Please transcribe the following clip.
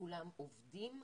כולם עובדים,